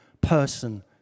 person